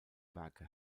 werke